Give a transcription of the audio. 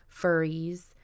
furries